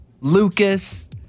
Lucas